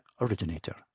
originator